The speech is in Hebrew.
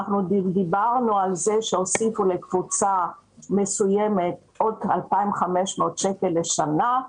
ראינו פה שהוסיפו לקבוצה מסוימת עוד 2,500 שקל לשנה,